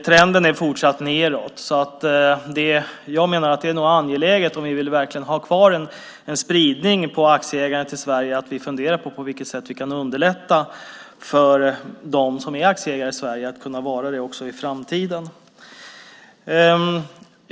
Trenden är fortsatt nedåt, och jag menar att om vi verkligen vill ha kvar en spridning på aktieägandet i Sverige är det angeläget att fundera över på vilket sätt vi kan underlätta för aktieägarna att kunna vara det också i framtiden.